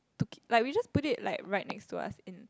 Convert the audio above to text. took it like we just put it like right next to us in